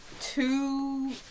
two